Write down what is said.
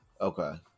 Okay